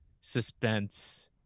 suspense